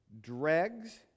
dregs